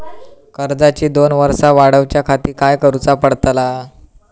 कर्जाची दोन वर्सा वाढवच्याखाती काय करुचा पडताला?